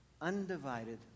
undivided